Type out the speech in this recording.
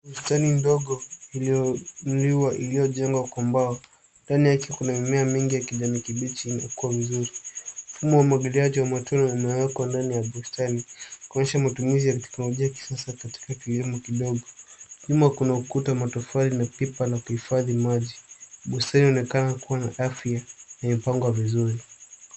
Bustani ndogo iliyoinuliwa iliyojengwa kwa mbao. Ndani yake kuna mimea mingi ya kijani kibichi na umekua vizuri. Mfumo wa umwagiliaji wa matone umewekwa ndani ya bustani kuonyesha matumizi ya teknolojia ya kisasa katika kilimo kidogo. Nyuma kuna ukuta wa matofali na pipa la kuhifadhi maji. Bustani unaonekana kuwa na afya na imepangwa vizuri.